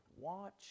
Watch